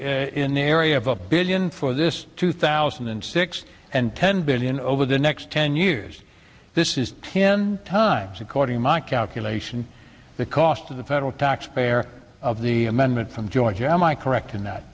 in the area of a billion for this two thousand and six and ten billion over the next ten years this is ten times according to my calculation the cost of the federal tax pair of the amendment from georgia am i correct in that